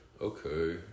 Okay